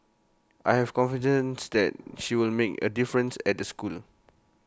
I have confidence that she will make A difference at the school